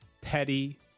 petty